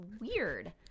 weird